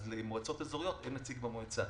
למועצות אזוריות אין נציג במועצה.